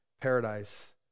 paradise